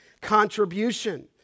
contribution